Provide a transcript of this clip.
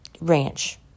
ranch